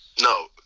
No